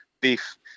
beef